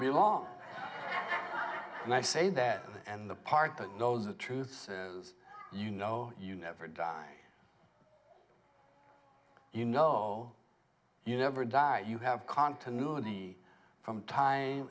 be along when i say that and the part that knows the truth is you know you never die you know you never die you have continuity from time